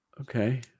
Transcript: Okay